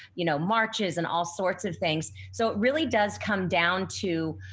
you know, marches and all sorts of things. so it really does come down to